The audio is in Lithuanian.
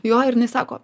jo ir jinai sako